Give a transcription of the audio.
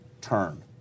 turn